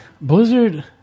Blizzard